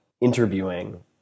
interviewing